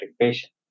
patient